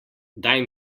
daj